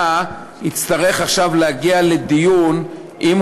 יצטרך עכשיו להגיע לדיון בירושלים,